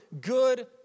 good